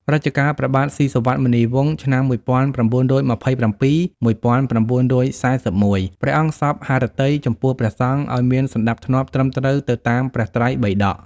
រជ្ជកាលព្រះបាទស៊ីសុវត្ថិមុនីវង្ស (ឆ្នាំ ១៩២៧-១៩៤១) ព្រះអង្គសព្វហឫទ័យ ចំពោះព្រះសង្ឃឱ្យមានសណ្តាប់ធ្នាប់ត្រឹមត្រូវទៅតាមព្រះត្រៃបិដក ។